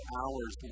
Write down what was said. hours